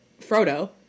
Frodo